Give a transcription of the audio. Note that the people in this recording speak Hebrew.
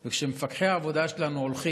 וכשמפקחי העבודה שלנו הולכים